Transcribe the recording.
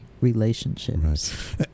relationships